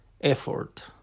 effort